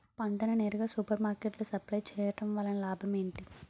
పంట ని నేరుగా సూపర్ మార్కెట్ లో సప్లై చేయటం వలన లాభం ఏంటి?